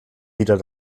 wieder